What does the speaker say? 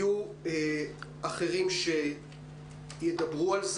יהיו אחרים שגם ידברו.